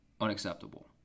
unacceptable